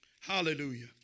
Hallelujah